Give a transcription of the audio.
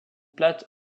plates